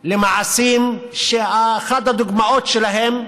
למעשים שאחת הדוגמאות שלהן,